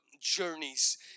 journeys